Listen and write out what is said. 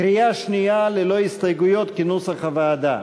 קריאה שנייה ללא הסתייגויות, כנוסח הוועדה.